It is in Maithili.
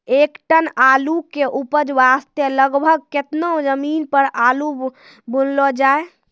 एक टन आलू के उपज वास्ते लगभग केतना जमीन पर आलू बुनलो जाय?